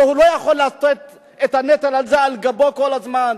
שלא יכול לשאת את הנטל על גבו כל הזמן.